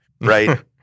right